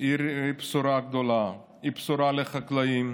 היא בשורה גדולה, היא בשורה לחקלאים,